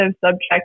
subject